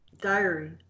diary